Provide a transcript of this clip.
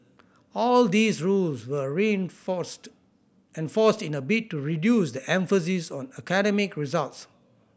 all these rules were enforced in a bid to reduce the emphasis on academic results